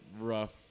rough